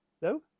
No